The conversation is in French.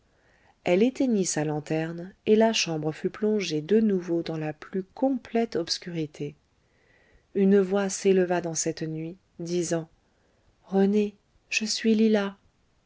elle éteignit sa lanterne et la chambre fut plongée de nouveau dans la plus complète obscurité une voix s'éleva dans cette nuit disant rené je suis lila